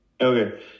Okay